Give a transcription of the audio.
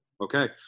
Okay